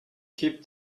keep